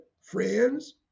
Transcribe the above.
friends